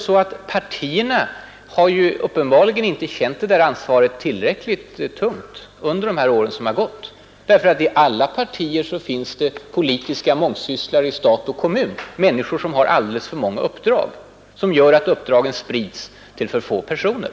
Men partierna har uppenbarligen inte känt detta ansvar tillräckligt tungt under de år som har gått, eftersom det i alla partier finns politiska mångsysslare inom stat och kommun. Dessa personer har alldeles för många uppdrag — det gör att sysslorna sprids till alltför få personer.